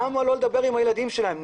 למה לא לדבר עם הילדים שלהם?